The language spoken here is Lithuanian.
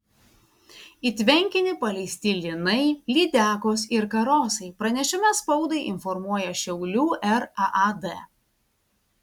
į tvenkinį paleisti lynai lydekos ir karosai pranešime spaudai informuoja šiaulių raad